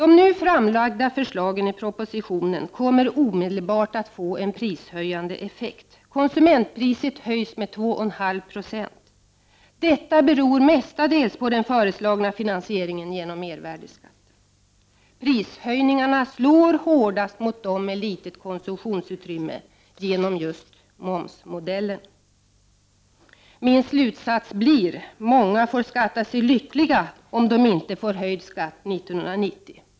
De nu framlagda förslagen i propositionen kommer omedelbart att få en prishöjande effekt. Konsumentpriserna höjs med 2,5 26. Detta beror mestadels på den föreslagna finansieringen genom mervärdeskatten. Prishöjningarna slår genom momsmodellen hårdast mot dem med litet konsumtionsutrymme. Min slutsats blir: Många får efter dagens beslut skatta sig lyckliga om de inte får höjd skatt 1990.